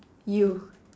you